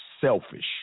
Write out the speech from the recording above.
selfish